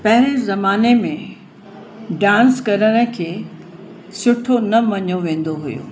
पहिरें ज़माने में डांस करण खे सुठो न मञियो वेंदो हुओ